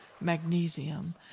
magnesium